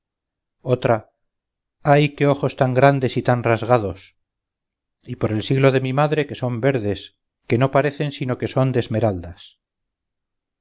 otra ay qué ojos tan grandes y tan rasgados y por el siglo de mi madre que son verdes que no parecen sino que son de esmeraldas